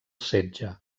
setge